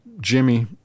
Jimmy